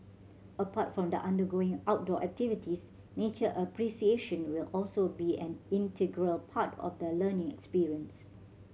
apart from the undergoing outdoor activities nature appreciation will also be an integral part of the learning experience